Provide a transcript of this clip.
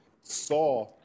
Saw